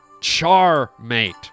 charmate